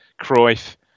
Cruyff